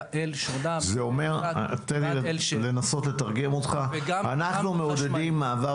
L- -- תן לי לנסות לתרגם אותך אנו מעודדים מעבר